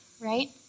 right